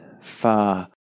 far